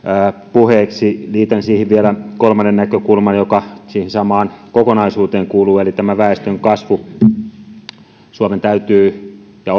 puheeksi liitän siihen vielä kolmannen näkökulman joka siihen samaan kokonaisuuteen kuuluu eli tämän väestönkasvun suomen täytyy ja